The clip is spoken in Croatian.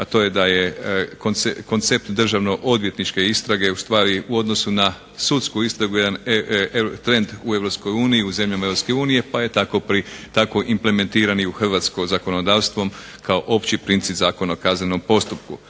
a to je da je koncept državnoodvjetničke istrage ustvari u odnosu na sudsku istragu jedan trend u EU, u zemljama EU pa je tako implementiran i u hrvatsko zakonodavstvo kao opći princip Zakona o kaznenom postupku.